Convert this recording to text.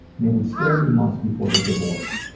and it would still be months before they divorced.